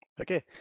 okay